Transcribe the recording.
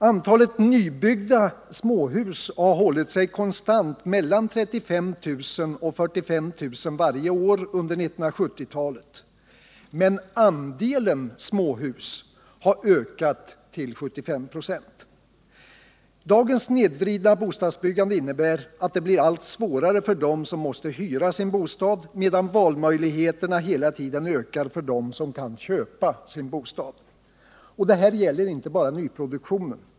Antalet nybyggda småhus har hållit sig konstant mellan 35 000 och 45 000 varje år under 1970-talet, men andelen småhus har ökat till 75 96. Dagens snedvridna bostadsbyggande innebär att det blir allt svårare för dem som måste hyra sin bostad, medan valmöjligheterna hela tiden ökar för dem som kan köpa sin bostad. Detta gäller inte bara nyproduktionen.